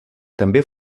també